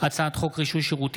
הצעת חוק עובדים בתעשיית